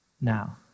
Now